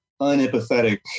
unempathetic